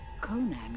Conan